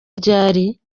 ryari